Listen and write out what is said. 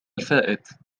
الفائت